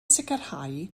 sicrhau